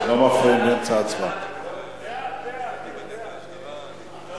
הצעת ועדת הכלכלה בדבר חלוקת הצעת חוק